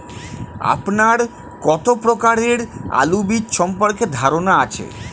আপনার কত প্রকারের আলু বীজ সম্পর্কে ধারনা আছে?